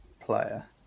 player